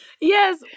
Yes